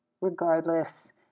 Regardless